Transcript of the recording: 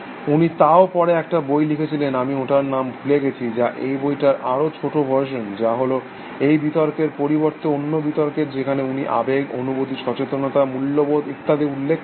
উনি তাও পরে একটা বই লিখেছিলেন আমি ওটার নাম ভুলে গেছি যা এই বইটার আরো ছোট ভার্সন যা হল এই বিতর্কের পরিবর্তে অন্য বিতর্কের যেখানে উনি আবেগ অনুভূতি সচেতনতা মূল্যবোধ ইত্যাদি উল্লেখ করেছে